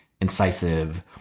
incisive